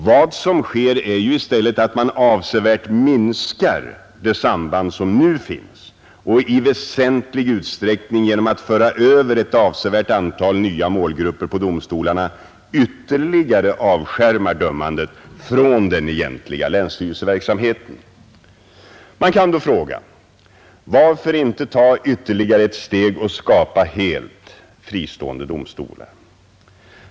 Vad som sker är i stället att man avsevärt minskar det samband som nu finns och i väsentlig utsträckning genom att föra över ett avsevärt antal nya målgrupper på domstolarna ytterligare avskärmar dömandet från den egentliga länsstyrelseverksamheten. Man kan då fråga: Varför inte ta ytterligare ett steg och skapa helt fristående domstolar?